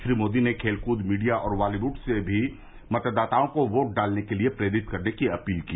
श्री मोदी ने खेलकूद मीडिया और बॉलीव्ड से भी मतदाताओं को वोट डालने के लिए प्रेरित करने की अपील की